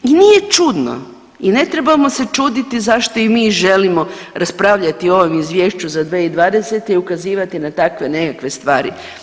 I nije čudno i ne trebamo se čuditi zašto i mi želimo raspravljati o ovom izvješću za 2020. i ukazivati na takve nekakve stvari.